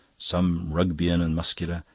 some rugbeian and muscular,